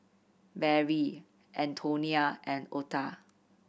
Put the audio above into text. Barrie Antonia and Ota